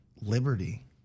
Liberty